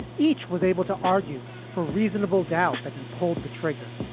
each was able to argue for reasonable doubt that he pulled the trigger